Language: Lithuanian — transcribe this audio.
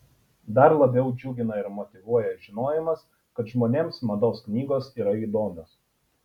dar labiau džiugina ir motyvuoja žinojimas kad žmonėms mados knygos yra įdomios